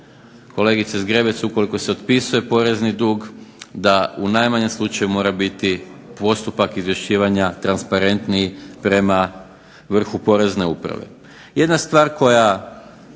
kolegice Zgrebec, ukoliko se otpisuje porezni dug da u najmanjem slučaju mora biti postupak izvješćivanja transparentniji prema vrhu Porezne uprave.